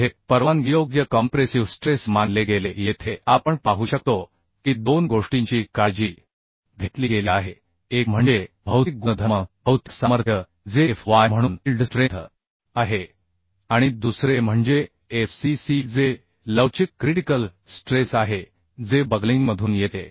मध्ये परवानगीयोग्य compressive stress मानले गेले येथे आपण पाहू शकतो की दोन गोष्टींची काळजी घेतली गेली आहे एक म्हणजे भौतिक गुणधर्म भौतिक सामर्थ्य जे f y म्हणून ईल्ड स्ट्रेंथ आहे आणि दुसरे म्हणजे f c c जे लवचिक क्रीटिकल स्ट्रेस आहे जे बकलिंगमधून येते